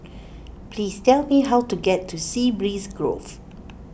please tell me how to get to Sea Breeze Grove